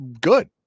good